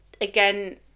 again